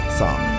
song